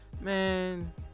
man